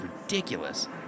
ridiculous